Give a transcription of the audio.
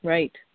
Right